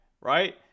right